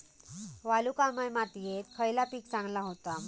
वालुकामय मातयेत खयला पीक चांगला होता?